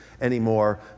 anymore